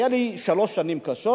היו לי שלוש שנים קשות